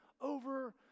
over